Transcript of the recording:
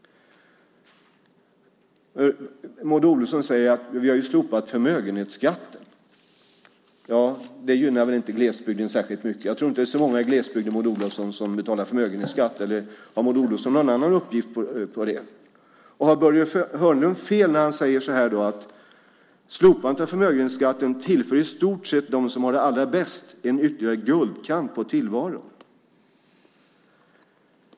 Maud Olofsson säger: Vi har slopat förmögenhetsskatten. Ja, det gynnar väl inte glesbygden särskilt mycket. Jag tror inte att det är så många i glesbygden, Maud Olofsson, som betalar förmögenhetsskatt. Eller har Maud Olofsson någon annan uppgift om det? Har Börje Hörnlund fel när han säger att slopandet av förmögenhetsskatten i stort sett tillför dem som har det allra bäst en ytterligare guldkant på tillvaron?